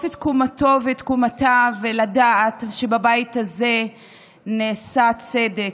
את קומתו ואת קומתה ולדעת שבבית הזה נעשה צדק.